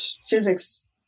physics